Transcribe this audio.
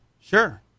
sure